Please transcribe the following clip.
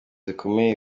zikomeye